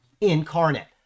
incarnate